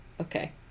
Okay